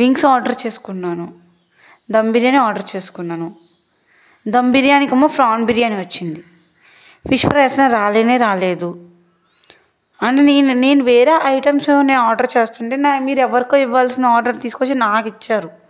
wings order చేసుకున్నాను dum biryani order చేసుకున్నాను దమ్ బిర్యానికి ఏమో ప్రాన్ బిర్యానీ వచ్చింది ఫిష్ ఫ్రై అసలు రాలేనే రాలేదు అండి నేను నేను వేరే ఐటమ్స్ ఆర్డర్ చేసుంటే మీరు ఎవరికో ఇవ్వాల్సిన ఆర్డర్ తీసుకొని వచ్చి నాకు ఇచ్చారు